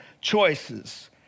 choices